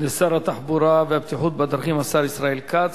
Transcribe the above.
לשר התחבורה והבטיחות בדרכים, השר ישראל כץ.